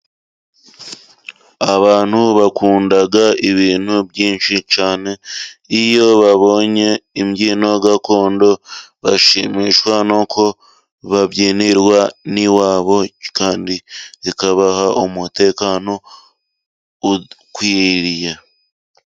Abantu bakunda ibintu byinshi cyane, iyo babonye imbyino gakondo bashimishwa n'uko babyinirwa n'iwabo kandi zikabaha umutekano ukwiriye.